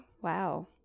wow